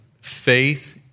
Faith